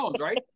right